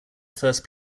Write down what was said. first